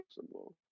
possible